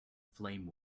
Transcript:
flame